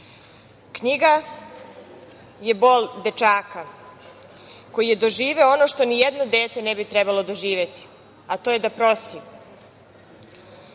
Knjiga je bol dečaka koji je doživeo ono što nijedno dete ne bi trebalo doživeti, a to je da prosi,